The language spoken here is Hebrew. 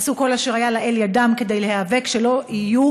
עשו כל אשר לאל ידם כדי להיאבק שלא יהיו